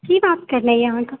की बात करनाइ यऽ अहाँकेॅं